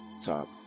Top